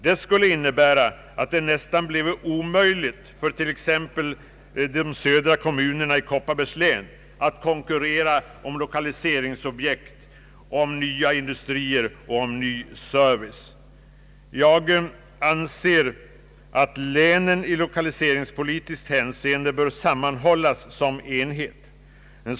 Det skulle innebära att det nästan bleve omöjligt för t.ex. de södra kommunerna i Kopparbergs län att konkurrera om lokaliseringsobjekt, om nya industrier och om ny service. Jag anser att länen i lokaliseringspolitiskt hänseende bör sammanhållas som enheter.